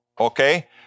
Okay